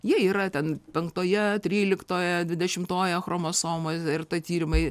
jie yra ten penktoje tryliktoje dvidešimtoje chromosomoj ir tie tyrimai